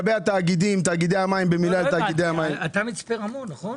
אתה מצפה רמון, נכון?